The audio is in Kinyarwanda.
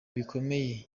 bikomeye